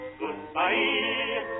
goodbye